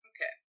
Okay